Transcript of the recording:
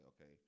okay